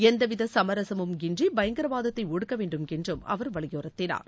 எந்த வித சமரசமும் இன்றி பயங்கரவாதத்தை ஒடுக்க வேண்டும் என்றும் அவர் வலியுறுத்தினார்